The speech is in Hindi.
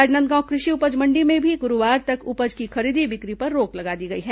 राजनांदगांव कृषि उपज मण्डी में भी गुरूवार तक उपज की खरीदी बिक्री पर रोक लगा दी गई है